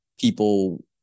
people